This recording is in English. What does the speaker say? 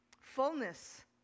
fullness